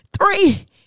three